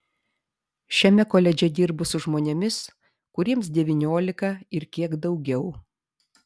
šiame koledže dirbu su žmonėmis kuriems devyniolika ir kiek daugiau